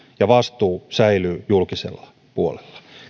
vastuu säilyy julkisella puolella